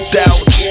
doubt